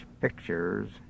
pictures